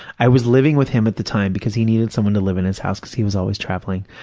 i was living with him at the time because he needed someone to live in his house because he was always traveling,